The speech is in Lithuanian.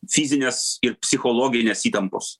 fizinės ir psichologinės įtampos